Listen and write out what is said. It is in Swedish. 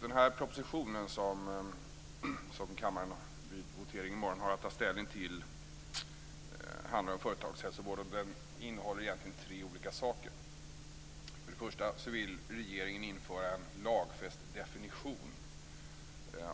Den proposition som kammaren vid voteringen i morgon har att ta ställning till handlar om företagshälsovården och innehåller egentligen tre olika saker. För det första vill regeringen införa en lagfäst definition